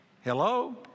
Hello